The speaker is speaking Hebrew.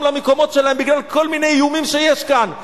למקומות שלהם בגלל כל מיני איומים שיש כאן,